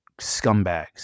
scumbags